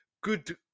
good